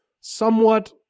somewhat